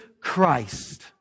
Christ